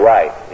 Right